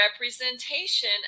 representation